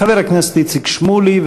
חבר הכנסת איציק שמולי,